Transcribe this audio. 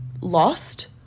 Lost